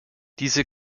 diese